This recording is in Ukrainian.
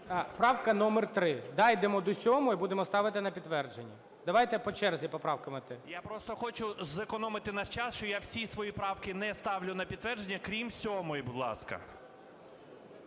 правка номер 3. Дійдемо до 7-ї - і будемо ставити на підтвердження. Давайте по черзі по правкам іти. ДУБНОВ А.В. Я просто хочу зекономити наш час, що я всі свої правки не ставлю на підтвердження, крім 7-ї, будь ласка.